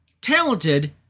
Talented